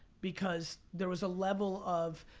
because there was a level of,